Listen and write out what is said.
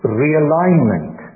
realignment